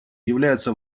является